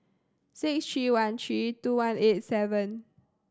six three one three two one eight seven